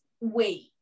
wait